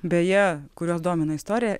beje kuriuos domina istorija